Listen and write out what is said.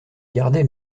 gardait